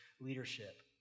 leadership